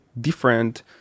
different